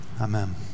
Amen